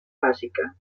bàsica